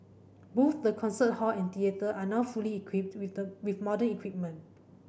both the concert hall and theatre are now fully equipped with the with modern equipment